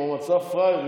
הוא מצא פראיירים.